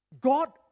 God